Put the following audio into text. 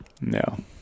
No